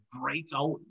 breakout